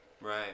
Right